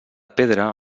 pedra